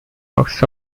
works